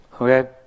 Okay